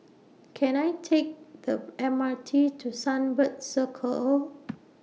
Can I Take The M R T to Sunbird Circle